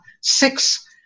six